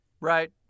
Right